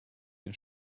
den